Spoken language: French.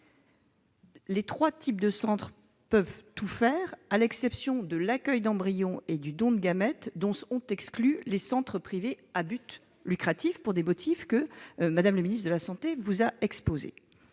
Les trois types de centres peuvent tout faire, à l'exception de l'accueil d'embryons et du don de gamètes, dont sont exclus les centres privés à but lucratif, pour des motifs que Mme la ministre des solidarités